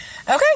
okay